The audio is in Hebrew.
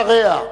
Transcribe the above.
אחריה,